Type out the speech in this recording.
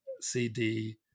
CD